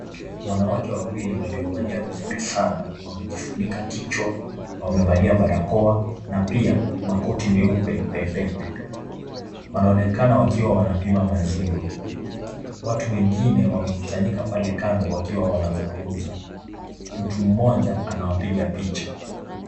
Wanawake wawili waliovalia vizuri sana, wamejifunika kichwa, wamevalia barakoa na pia makoti meupe pepepe. Wanaonekana wakiwa wanapima maziwa. Watu wengine wamekusanyika pale kando wakiwa wanazungumza. Mtu mmoja anawapiga picha.